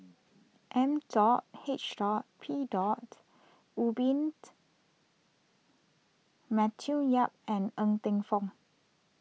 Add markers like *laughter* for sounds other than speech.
M dot H dot P dot Rubin *noise* Matthew Yap and Ng Teng Fong